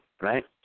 right